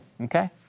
Okay